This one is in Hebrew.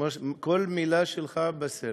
כל מילה שלך בסלע.